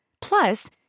Plus